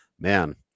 man